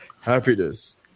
happiness